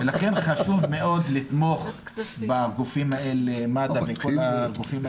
לכן חשוב מאוד לתמוך במד"א ובכל הגופים האלה.